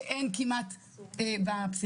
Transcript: שאין כמעט בפסיכיאטריה.